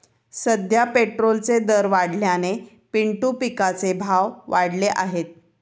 सध्या पेट्रोलचे दर वाढल्याने पिंटू पिकाचे भाव वाढले आहेत